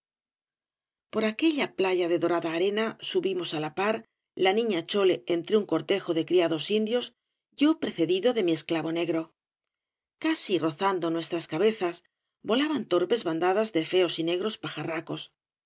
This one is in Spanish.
por aquella playa de dorada arena subí mos á la par la niña chole entre un cortejo de criados indios yo precedido de mi esclavo negro casi rozando nuestras cabezas volaban torpes bandadas de feos y negros pajarracos era